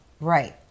Right